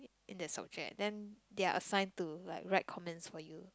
in that subject then they are assigned to like write comments for you